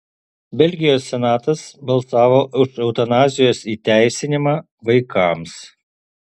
belgijos senatas balsavo už eutanazijos įteisinimą vaikams